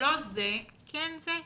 לא זה, כן זה.